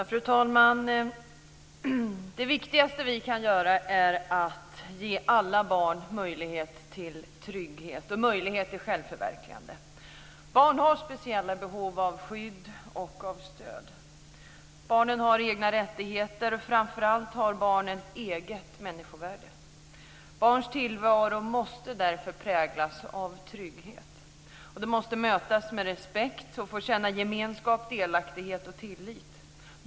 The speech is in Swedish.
Fru talman! Det viktigaste vi kan göra är att ge alla barn möjlighet till trygghet och självförverkligande. Barn har speciella behov av skydd och stöd. Barn har egna rättigheter, och framför allt har barn eget människovärde. Barns tillvaro måste därför präglas av trygghet. De måste mötas med respekt och känna gemenskap, delaktighet och tillit.